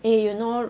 eh you know